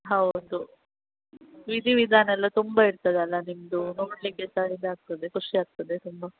ಹೌದು ವಿಧಿ ವಿಧಾನ ಎಲ್ಲ ತುಂಬ ಇರ್ತದಲ್ಲ ನಿಮ್ಮದು ನೋಡಲಿಕ್ಕೆ ಸಹ ಇದಾಗ್ತದೆ ಖುಷಿಯಾಗ್ತದೆ ತುಂಬ